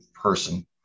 person